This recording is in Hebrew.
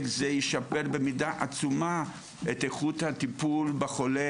זה ישפר במידה עצומה את איכות הטיפול בחולה.